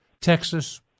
Texas